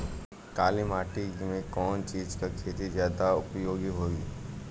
काली माटी में कवन चीज़ के खेती ज्यादा उपयोगी होयी?